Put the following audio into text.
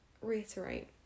reiterate